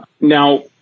Now